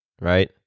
right